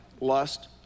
lust